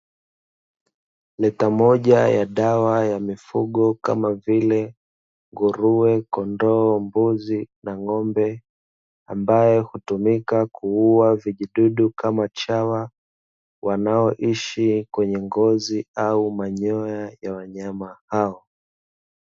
Lita moja ya dawa ya mifugo kama vile; nguruwe, kondoo, mbuzi na ng'ombe, ambayo hutumika kuua vijidudu kama chawa wanaoishi kwenye ngozi au manyoya ya wanyama hao.